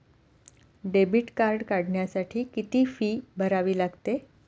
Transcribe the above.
Debit card काढण्यासाठी किती fee भरावी लागते?